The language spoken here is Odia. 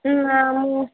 ନାଁ ମୁଁ